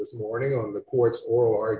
this morning of the court's or